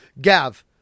Gav